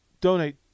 Donate